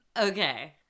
Okay